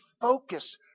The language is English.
focus